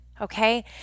okay